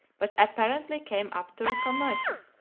but apparently came up to reconnoitre,